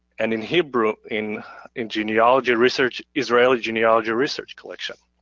and in hebrew in in genealogy research, israeli genealogy research collection.